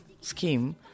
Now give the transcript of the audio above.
scheme